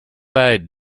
side